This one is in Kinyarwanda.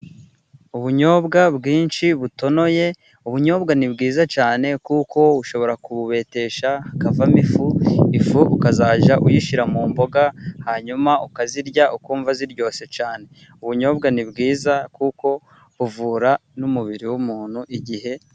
Ubunyobwa bwinshi butonoye, ubunyobwa ni bwiza cyane, kuko ushobora kububetesha hakavamo ifu, ifu ukazajya uyishyira mu mboga hanyuma ukazirya, ukumva ziryoshye cyane, ubunyobwa ni bwiza kuko buvura n'umubiri w'umuntu igihe...